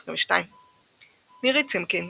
2022 מירי צימקינד,